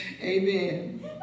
amen